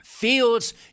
Fields